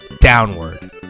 Downward